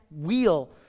wheel